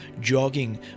jogging